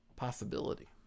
possibility